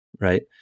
right